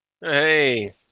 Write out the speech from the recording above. hey